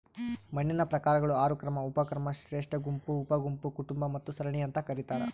ಮಣ್ಣಿನ ಪ್ರಕಾರಗಳು ಆರು ಕ್ರಮ ಉಪಕ್ರಮ ಶ್ರೇಷ್ಠಗುಂಪು ಉಪಗುಂಪು ಕುಟುಂಬ ಮತ್ತು ಸರಣಿ ಅಂತ ಕರೀತಾರ